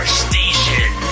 station